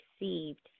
received